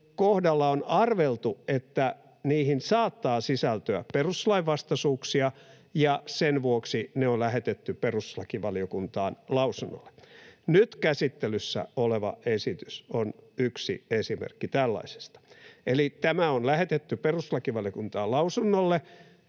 kohdalla on arveltu, että niihin saattaa sisältyä perustuslainvastaisuuksia, ja sen vuoksi ne on lähetetty perustuslakivaliokuntaan lausunnolle. Nyt käsittelyssä oleva esitys on yksi esimerkki tällaisesta, eli tämä on lähetetty perustuslakivaliokuntaan lausunnolle,